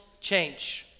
Change